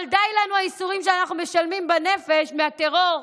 אבל די לנו הייסורים שאנחנו משלמים בנפש מהטרור,